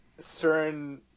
certain